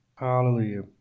Hallelujah